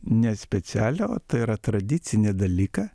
ne specialią o tai yra tradicinį dalyką